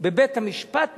בבית-המשפט בבאר-שבע.